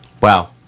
Wow